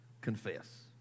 confess